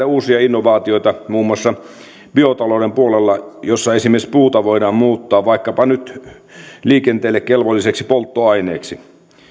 uusia innovaatioita muun muassa biotalouden puolella missä esimerkiksi puuta voidaan muuttaa vaikkapa nyt liikenteelle kelvolliseksi polttoaineeksi